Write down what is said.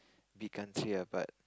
big country ah but